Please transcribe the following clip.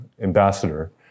ambassador